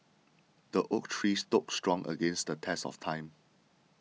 the oak tree stood strong against the test of time